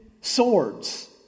swords